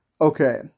Okay